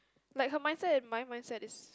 like her mindset and my mindset is